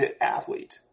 athlete